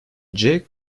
jake